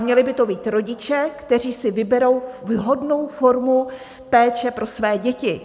Měli by to být rodiče, kteří si vyberou vhodnou formu péče pro své děti.